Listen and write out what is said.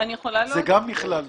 זה גם נכלל.